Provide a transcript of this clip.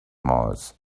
mars